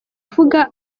avuga